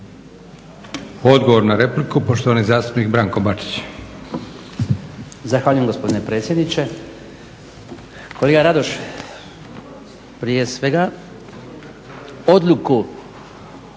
Odgovor na repliku, poštovani zastupnik Branko Bačić.